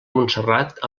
montserrat